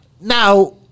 now